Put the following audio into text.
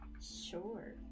Sure